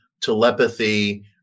telepathy